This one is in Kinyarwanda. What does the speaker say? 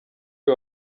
uyu